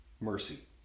mercy